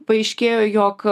paaiškėjo jog